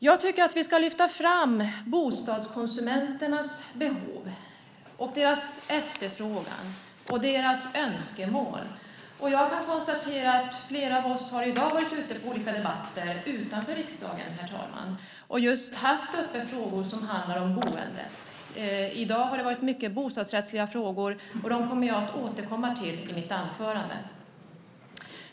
Jag tycker att vi ska lyfta fram bostadskonsumenternas behov, deras efterfrågan och deras önskemål. Jag kan konstatera att flera av oss i dag har varit ute på olika debatter utanför riksdagen, herr talman, och just haft uppe frågor som handlar om boende. I dag har det varit mycket bostadsrättsliga frågor, och dem kommer jag att återkomma till i mitt anförande.